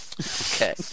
Okay